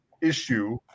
issue